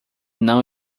não